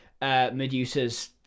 Medusa's